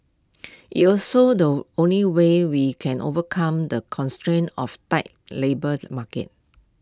IT also the only way we can overcome the constraints of tight labour market